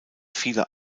vieler